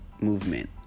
movement